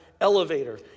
elevator